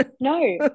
No